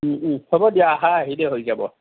হ'ব দিয়া আহা আহিলে হৈ যাব